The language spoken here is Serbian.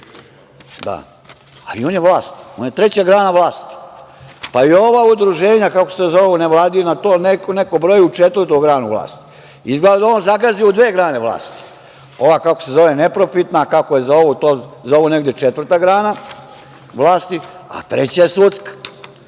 Da, ali on je vlast, on je treća grana vlasti. Pa i ova udruženja kako se zovu, nevladina, to neko ubraja u četvrtu granu vlasti. Izgleda da je on zagazio u dve grane vlasti. Ova, kako se zove neprofitna, a kako je zovu, negde četvrta grana vlasti, a treća je sudska